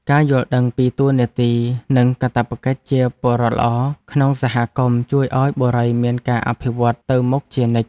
ការយល់ដឹងពីតួនាទីនិងកាតព្វកិច្ចជាពលរដ្ឋល្អក្នុងសហគមន៍ជួយឱ្យបុរីមានការអភិវឌ្ឍទៅមុខជានិច្ច។